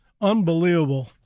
Unbelievable